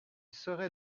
serait